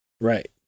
Right